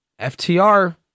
FTR